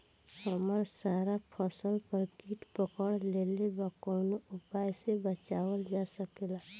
हमर सारा फसल पर कीट पकड़ लेले बा कवनो उपाय से बचावल जा सकेला?